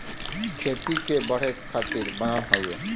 खेती के बढ़े खातिर बनल हौ